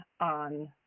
on